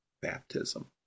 baptism